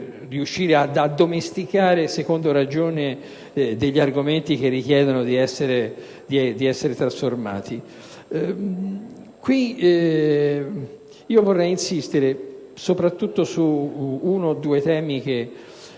capacità di addomesticare, secondo ragione, argomenti che richiedono di essere trasformati. Vorrei insistere soprattutto su uno o due temi che,